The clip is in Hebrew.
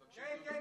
באתי,